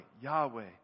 Yahweh